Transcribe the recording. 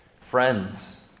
friends